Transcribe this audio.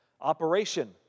operation